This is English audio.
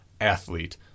athlete